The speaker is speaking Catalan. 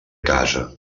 casa